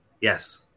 yes